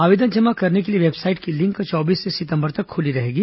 आवेदन जमा करने के लिए वेबसाइट की लिंक चौबीस सितंबर तक खुली रहेंगी